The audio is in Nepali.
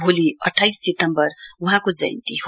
भोलि अठाइस सितम्बर वहाँको जयन्ती हो